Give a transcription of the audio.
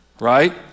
right